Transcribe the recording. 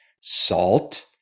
salt